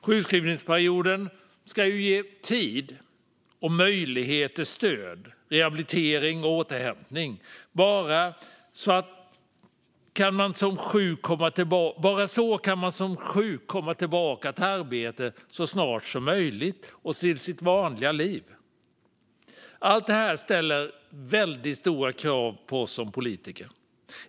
Sjukskrivningsperioden ska ge tid och möjlighet till stöd, rehabilitering och återhämtning. Bara så kan man som sjuk komma tillbaka till arbete och sitt vanliga liv så snart som möjligt. Allt detta ställer väldigt stora krav på oss som politiker.